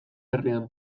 herrian